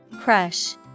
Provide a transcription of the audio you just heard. Crush